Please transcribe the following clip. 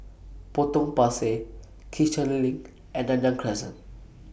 Potong Pasir Kiichener LINK and Nanyang Crescent